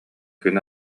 күн